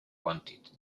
wanted